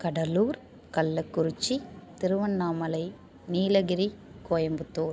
Cuddalore Kallakurichi Tiruvannamalai Nilgiri Coimbatore